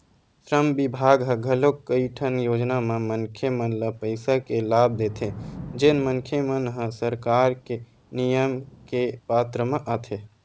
श्रम बिभाग ह घलोक कइठन योजना म मनखे मन ल पइसा के लाभ देथे जेन मनखे मन ह सरकार के नियम के पात्र म आथे